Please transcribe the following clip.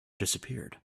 disappeared